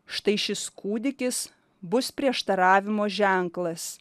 štai šis kūdikis bus prieštaravimo ženklas